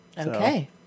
Okay